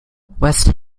west